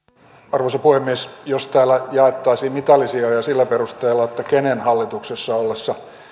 arvoisa puhemies jos täällä jaettaisiin mitalisijoja sillä perusteella kenen hallituksessa ollessa